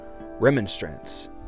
remonstrance